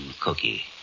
Cookie